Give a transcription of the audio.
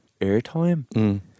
airtime